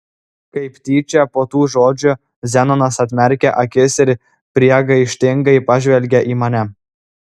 kaip tyčia po tų žodžių zenonas atmerkė akis ir priekaištingai pažvelgė į mane